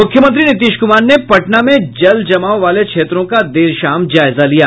मुख्यमंत्री नीतीश कुमार ने पटना में जलजमाव वाले क्षेत्रों का देर शाम जायजा लिया